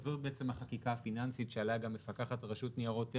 זאת בעצם החקיקה הפיננסית שעליה גם מפקחת הרשות לניירות ערך,